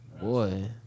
Boy